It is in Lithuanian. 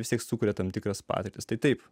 vis tiek sukuria tam tikras patirtis tai taip